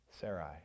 Sarai